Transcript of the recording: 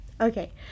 Okay